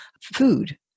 food